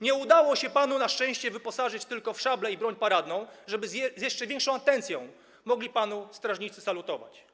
Nie udało się panu na szczęście wyposażyć w szable i broń paradną, żeby z jeszcze większą atencją mogli panu strażnicy salutować.